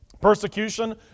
Persecution